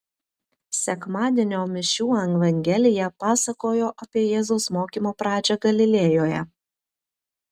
sekmadienio mišių evangelija pasakojo apie jėzaus mokymo pradžią galilėjoje